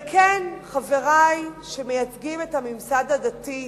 וכן, חברי שמייצגים את הממסד הדתי,